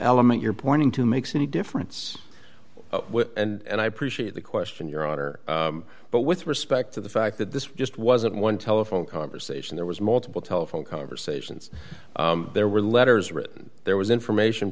element you're pointing to makes any difference and i appreciate the question your honor but with respect to the fact that this just wasn't one telephone conversation there was multiple telephone conversations there were letters written there was information